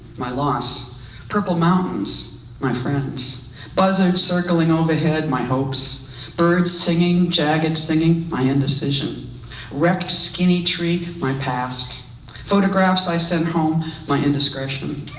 my loss purple mountains my friends buzzards circling overhead my hopes birds singing jagged and singing my indecision wrecked skinny tree my past photographs i send home my indiscretion,